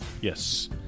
Yes